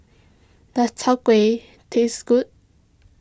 does Chai Kueh taste good